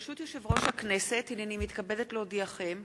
ברשות יושב-ראש הכנסת, הנני מתכבדת להודיעכם,